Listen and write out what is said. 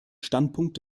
standpunkt